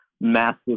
massive